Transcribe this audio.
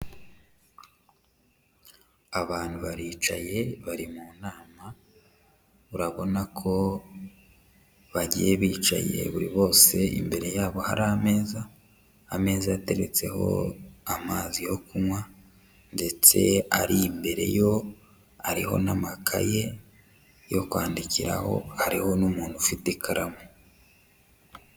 Abantu baricaye, bari mu nama, urabona ko bagiye bicaye buri bose imbere yabo hari ameza, ameza ateretseho amazi yo kunywa ndetse ari imbere yo ariho n'amakaye yo kwandikiraho, hariho n'umuntu ufite ikaramu.